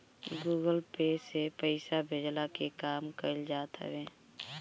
Google Pay से पईसा भेजला के काम कईल जात हवे